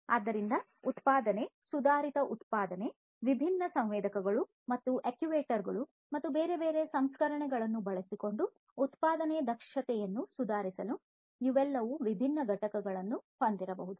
ಆದ್ದರಿಂದ ಉತ್ಪಾದನೆ ಸುಧಾರಿತ ಉತ್ಪಾದನೆ ವಿಭಿನ್ನ ಸಂವೇದಕಗಳು ಮತ್ತು ಅಕ್ಚುಯೇಟರ್ ಗಳು ಮತ್ತು ಬೇರೆ ಬೇರೆ ಸಂಸ್ಕರಣೆಗಳನ್ನು ಬಳಸಿಕೊಂಡು ಉತ್ಪಾದನೆಯ ದಕ್ಷತೆಯನ್ನು ಸುಧಾರಿಸಲು ಇವುಗಳೆಲ್ಲವೂ ವಿಭಿನ್ನ ಘಟಕಗಳನ್ನು ಹೊಂದಿರಬಹುದು